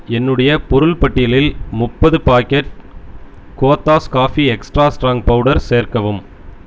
என்னுடைய பொருள் பட்டியலில் முப்பது packet Cothas coffee extra strong powder சேர்க்கவும்